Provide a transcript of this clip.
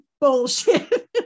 bullshit